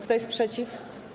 Kto jest przeciw?